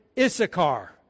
Issachar